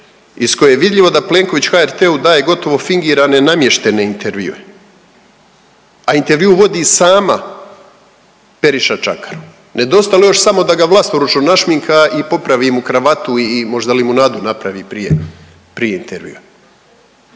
iz kojeg je vidljivo da Plenković HRT-u daje gotovo fingirane namještene intervjue, a intervju vodi sama Periša Čakarun. Nedostajalo je još samo da ga vlastoručno našminka i popravi mu kravatu i možda limunadu napravi prije, prije